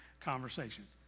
conversations